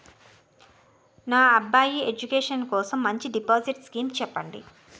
నా అబ్బాయి ఎడ్యుకేషన్ కోసం మంచి డిపాజిట్ స్కీం చెప్పండి